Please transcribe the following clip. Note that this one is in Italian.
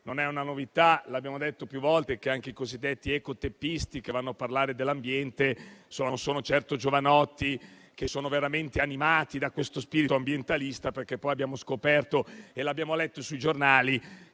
Non è una novità e l'abbiamo detto più volte che anche i cosiddetti ecoteppisti che vanno a parlare dell'ambiente non sono certo giovanotti veramente animati da questo spirito ambientalista. Anche perché poi abbiamo scoperto - e l'abbiamo letto sui giornali